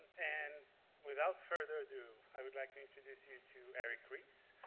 and without further ado, i would like to introduce you to eric ries,